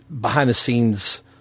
behind-the-scenes